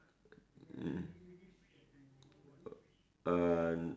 mmhmm err